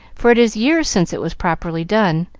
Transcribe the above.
for it is years since it was properly done.